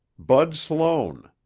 bud sloan.